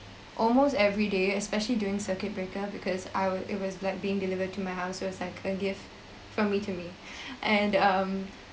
almost every day especially during circuit breaker because I was it was like being delivered to my house it was like a gift for me to me and um